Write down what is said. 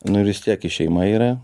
nu ir vis tiek ir šeima yra